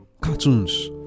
cartoons